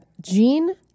gene